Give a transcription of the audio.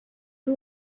ari